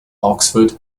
oxford